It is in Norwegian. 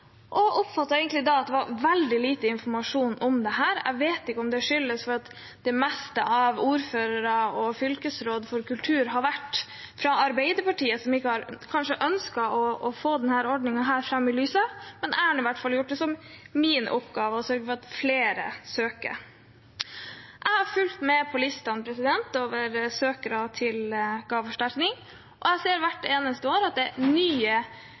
at det var veldig lite informasjon om dette. Jeg vet ikke om det skyldes at de fleste ordførere og fylkesråd for kultur har vært fra Arbeiderpartiet og kanskje ikke ønsket å få denne ordningen fram i lyset, men jeg har i hvert fall gjort det til min oppgave å sørge for at flere søker. Jeg har fulgt med på listene over søkere til gaveforsterkning, og jeg ser at hvert eneste år er det nye